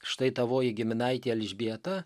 štai tavoji giminaitė elžbieta